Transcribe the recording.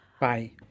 Bye